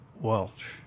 Welch